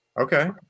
Okay